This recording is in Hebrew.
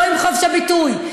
לא עם חופש הביטוי.